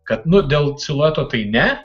kad nu dėl silueto tai ne